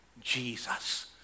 Jesus